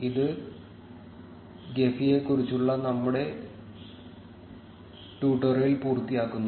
ഇത് ജെഫിയെക്കുറിച്ചുള്ള നമ്മുടെ ട്യൂട്ടോറിയൽ പൂർത്തിയാക്കുന്നു